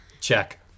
Check